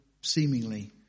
seemingly